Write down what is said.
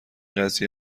قضیه